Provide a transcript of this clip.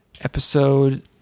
episode